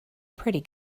pretty